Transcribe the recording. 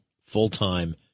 full-time